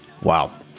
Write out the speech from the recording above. Wow